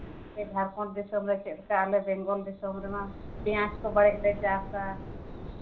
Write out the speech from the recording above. ᱥᱮ ᱡᱷᱟᱲᱠᱷᱚᱱᱰ ᱫᱤᱥᱚᱢ ᱨᱮ ᱪᱮᱫ ᱞᱮᱠᱟ ᱟᱞᱮ ᱵᱮᱝᱜᱚᱞ ᱫᱤᱥᱚᱢ ᱨᱮᱢᱟ ᱯᱮᱸᱭᱟᱡᱽ ᱠᱚ ᱵᱷᱟᱹᱜᱤ ᱜᱮᱞᱮ ᱪᱟᱥᱼᱟ